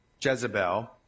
Jezebel